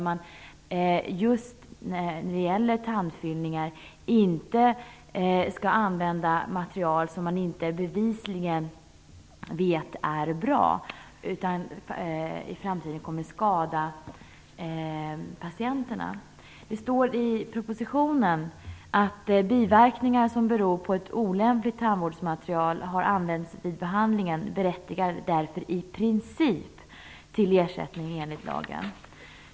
Man skall inte använda material till tandfyllningar som man bevisligen vet inte är bra och som i framtiden kan komma att skada patienterna. Det står i propositionen att biverkningar som beror på att ett olämpligt tandvårdsmaterial som har använts vid behandlingen berättigar därför i princip till ersättning enligt lagen.